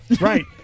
Right